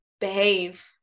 behave